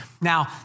Now